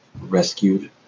rescued